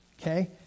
okay